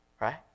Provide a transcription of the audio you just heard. right